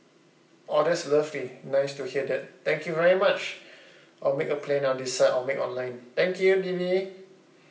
oh that's lovely nice to hear that thank you very much I'll make a plan I'll decide I'll make online thank you lily